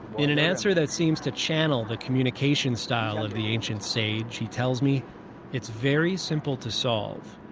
in an answer that seems to channel the communication style of the ancient sage, he tells me it's very simple to solve,